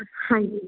ਹਾਂਜੀ